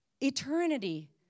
Eternity